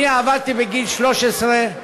אני עבדתי בגיל 13,